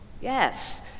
Yes